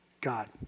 God